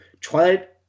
Twilight